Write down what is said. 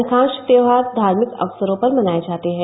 अधिकांश त्यौहार धार्मिक अवसरों पर मनाए जाते हैं